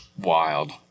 wild